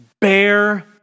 Bear